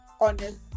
honest